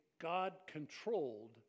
God-controlled